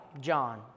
John